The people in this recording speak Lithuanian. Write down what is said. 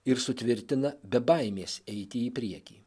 ir sutvirtina be baimės eiti į priekį